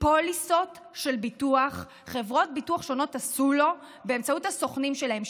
פוליסות של ביטוח חברות ביטוח שונות עשו לו באמצעות הסוכנים שלהן.